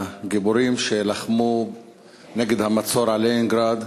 הגיבורים שלחמו נגד המצור על לנינגרד.